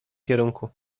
kierunku